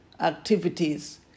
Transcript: activities